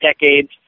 decades